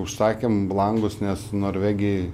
užsakėm langus nes norvegijoj